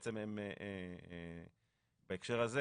ואם היא ממילא לא עוסקת בזה,